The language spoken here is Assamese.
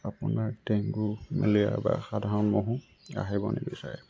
আপোনাৰ ডেংগু মেলেৰিয়া বা সাধাৰণ মহো আহিব নিবিচাৰে